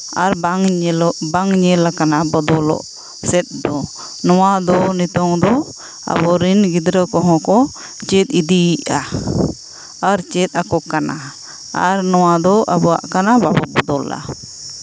ᱵᱟᱝ ᱧᱮᱞᱚᱜ ᱵᱟᱝ ᱧᱮᱞᱟᱠᱟᱱᱟ ᱵᱚᱫᱚᱞᱚᱜ ᱥᱮᱫ ᱫᱚ ᱱᱚᱣᱟ ᱫᱚ ᱱᱤᱛᱚᱜ ᱫᱚ ᱟᱵᱚᱨᱮᱱ ᱜᱤᱫᱽᱨᱟᱹ ᱠᱚᱦᱚᱸ ᱠᱚ ᱪᱮᱫ ᱤᱫᱤᱭᱮᱫᱟ ᱟᱨ ᱪᱮᱫ ᱟᱠᱚ ᱠᱟᱱᱟ ᱟᱨ ᱱᱚᱣᱟ ᱫᱚ ᱟᱵᱚᱣᱟᱜ ᱠᱟᱱᱟ ᱵᱟᱵᱚ ᱵᱚᱫᱚᱞᱟ